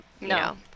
No